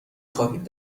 خواهید